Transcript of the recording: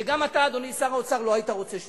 שגם אתה, אדוני שר האוצר, לא היית רוצה.